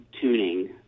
tuning